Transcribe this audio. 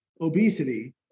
obesity